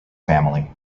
family